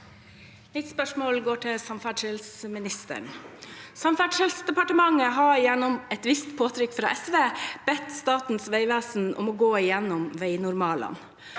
Mitt spørsmål går til samferdselsministeren. Samferdselsdepartementet har gjennom et visst påtrykk fra SV bedt Statens vegvesen om å gå gjennom veinormalene.